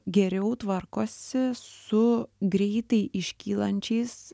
geriau tvarkosi su greitai iškylančiais